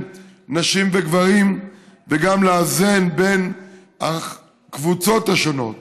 נשים לגברים וגם לאזן בין הקבוצות השונות